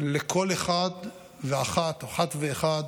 לכל אחד ואחת, אחת ואחד